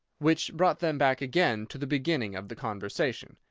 which brought them back again to the beginning of the conversation.